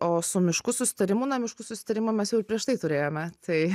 o su miškų susitarimu na miškų susitarimą mes jau ir prieš tai turėjome tai